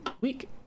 week